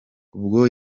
ubwo